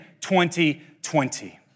2020